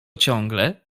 ciągle